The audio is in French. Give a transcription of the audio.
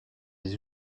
des